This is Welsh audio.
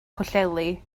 pwllheli